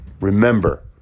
Remember